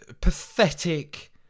pathetic